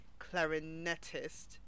clarinetist